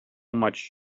much